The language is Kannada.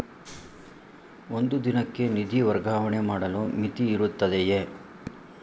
ಒಂದು ದಿನಕ್ಕೆ ನಿಧಿ ವರ್ಗಾವಣೆ ಮಾಡಲು ಮಿತಿಯಿರುತ್ತದೆಯೇ?